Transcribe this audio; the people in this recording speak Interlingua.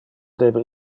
debe